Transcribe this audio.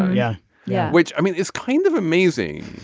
yeah yeah. which i mean it's kind of amazing.